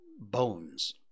bones